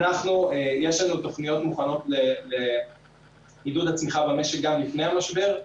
יש לנו תוכניות מוכנות לעידוד הצמיחה במשק גם לפני המשבר,